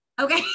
Okay